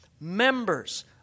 members